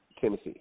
Tennessee